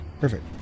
perfect